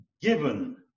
given